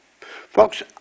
Folks